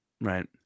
Right